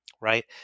right